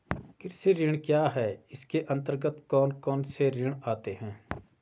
कृषि ऋण क्या है इसके अन्तर्गत कौन कौनसे ऋण आते हैं?